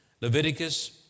Leviticus